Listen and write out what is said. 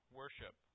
worship